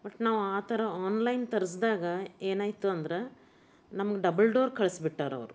but ನಾವು ಆ ಥರ ಆನ್ಲೈನ್ ತರಿಸ್ದಾಗ ಏನಾಯಿತು ಅಂದ್ರೆ ನಮ್ಗೆ ಡಬ್ಬಲ್ ಡೋರ್ ಕಳ್ಸ್ಬಿಟ್ಟಾರ ಅವ್ರು